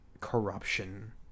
corruption